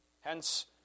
Hence